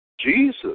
Jesus